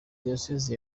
diyosezi